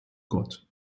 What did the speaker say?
gott